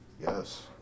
Yes